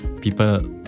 people